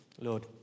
Lord